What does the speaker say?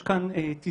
יש כאן תזמורת.